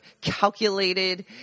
calculated